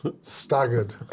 staggered